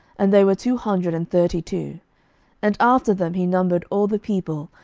and they were two hundred and thirty two and after them he numbered all the people,